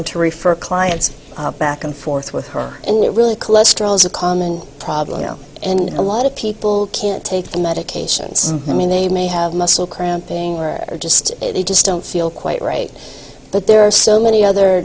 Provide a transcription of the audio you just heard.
and to refer clients back and forth with her and it really cholesterols a common problem and a lot of people can't take the medications i mean they may have muscle cramping or just they just don't feel quite right but there are so many other